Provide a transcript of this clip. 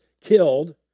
killed